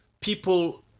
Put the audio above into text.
people